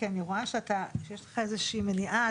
כי אני רואה שיש לך איזושהי מניעה,